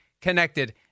connected